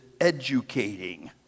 educating